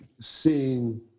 seeing